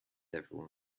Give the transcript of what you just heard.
everyone